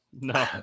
no